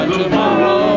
tomorrow